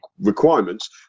requirements